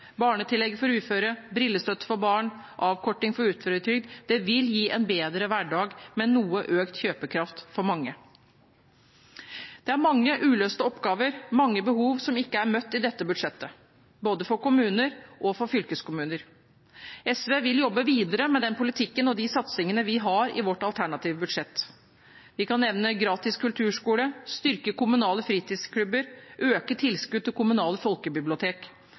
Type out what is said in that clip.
for uføre, brillestøtte for barn og ikke avkortning i uføretrygd vil gi en bedre hverdag med noe økt kjøpekraft for mange. Det er mange uløste oppgaver og mange behov som ikke er møtt i dette budsjettet – for både kommuner og fylkeskommuner. SV vil jobbe videre med den politikken og de satsingene vi har i vårt alternative budsjett. Vi kan nevne gratis kulturskole, styrking av kommunale fritidsklubber, økt tilskudd til